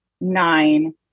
nine